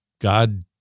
God